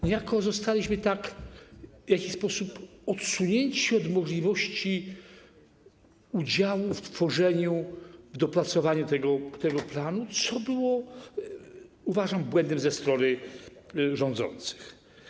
Niejako zostaliśmy w jakiś sposób odsunięci od możliwości udziału w tworzeniu i dopracowaniu tego planu, co było, uważam, błędem ze strony rządzących.